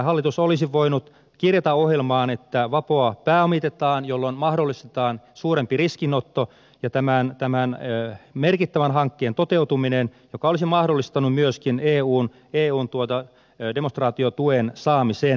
hallitus olisi voinut kirjata ohjelmaan että vapoa pääomitetaan jolloin mahdollistetaan suurempi riskinotto ja tämän merkittävän hankkeen toteutuminen joka olisi mahdollistanut myöskin eun demonstraatiotuen saamisen